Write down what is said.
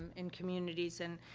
in communities, and,